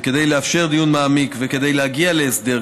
וכדי לאפשר דיון מעמיק וכדי להגיע להסדר,